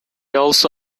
also